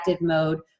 mode